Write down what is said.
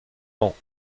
ans